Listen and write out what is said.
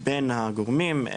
בין הגורמים,